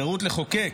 החירות לחוקק,